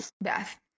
Beth